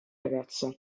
ragazza